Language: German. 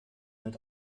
mit